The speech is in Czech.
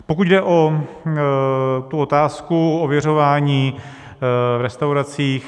Pokud jde o tu otázku ověřování v restauracích.